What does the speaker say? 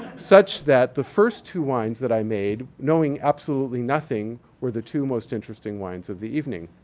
such that, the first two wines that i made, knowing absolutely nothing, were the two most interesting wines of the evening.